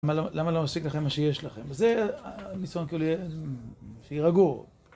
למה לא מספיק לכם מה שיש לכם, זה ניסיון כאילו יהיה, שירגעו.